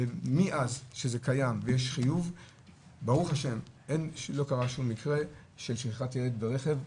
מאז שזה קיים ויש חיוב ברוך ה' לא קרה שום מקרה של שכחת ילד ברכב הסעות.